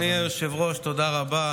אדוני היושב-ראש, תודה רבה.